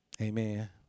Amen